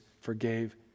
forgave